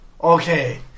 Okay